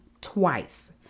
twice